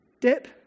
dip